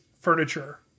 furniture